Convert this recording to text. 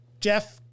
Jeff